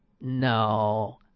no